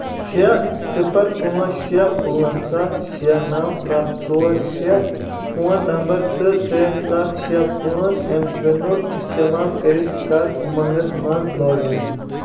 شیٚے صِفر پانٛژھ شیٚے پانٛژھ سَتھ شیٚے نو سَتھ ژور شیٚے فون نمبر تہٕ ترٛے سَتھ شیٚے پانٛژھ ایم پِنُک استعمال کٔرتھ کر اُمنٛگس مَنٛز لاگ ان